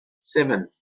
seven